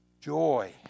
Joy